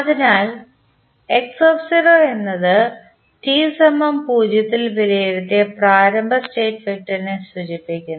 അതിനാൽ x എന്നത് t 0 ൽ വിലയിരുത്തിയ പ്രാരംഭ സ്റ്റേറ്റ് വെക്റ്ററിനെ സൂചിപ്പിക്കുന്നു